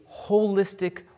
holistic